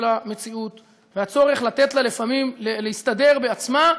המציאות והצורך לתת לה לפעמים להסתדר בעצמה.